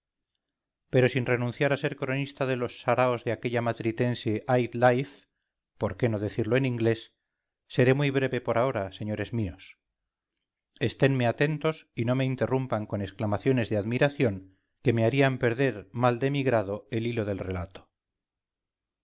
pero sin renunciar a ser cronista de los saraos de aquella matritense high life por qué no decirlo en inglés seré muy breve por ahora señores míos estenme atentos y no me interrumpan con exclamaciones de admiración que me harían perder mal de mi grado el hilo del relato